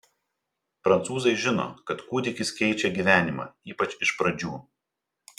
prancūzai žino kad kūdikis keičia gyvenimą ypač iš pradžių